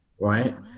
right